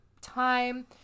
time